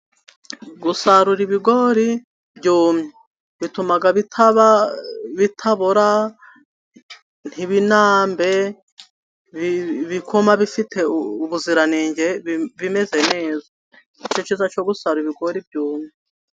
Gusarura ibigori byumye bituma bitaba, bitabora ntibinambe, bikuma bifite ubuziranenge bimeze neza nicyo cyiza cyo gusarura ibigori byumye.